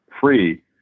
free